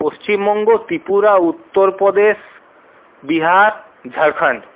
Paschimbanga Tripura Uttar Pradesh Bihar Jharkhand